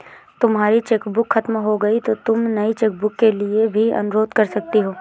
तुम्हारी चेकबुक खत्म हो गई तो तुम नई चेकबुक के लिए भी अनुरोध कर सकती हो